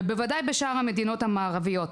ובוודאי בשאר המדינות המערביות.